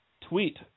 tweet